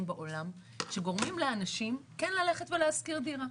בעולם שגורמים לאנשים כן ללכת ולשכור דירה.